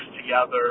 together